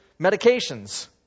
medications